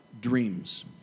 Dreams